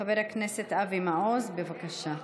חבר הכנסת אבי מעוז, בבקשה.